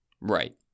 right